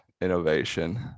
innovation